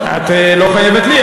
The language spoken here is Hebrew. את לא חייבת לי,